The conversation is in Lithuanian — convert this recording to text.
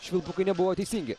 švilpukai nebuvo teisingi